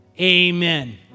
amen